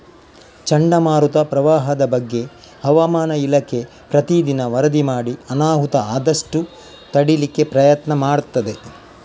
ಚಂಡಮಾರುತ, ಪ್ರವಾಹದ ಬಗ್ಗೆ ಹವಾಮಾನ ಇಲಾಖೆ ಪ್ರತೀ ದಿನ ವರದಿ ಮಾಡಿ ಅನಾಹುತ ಆದಷ್ಟು ತಡೀಲಿಕ್ಕೆ ಪ್ರಯತ್ನ ಮಾಡ್ತದೆ